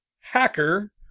hacker